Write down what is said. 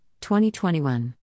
2021